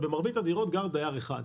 גר דייר אחד.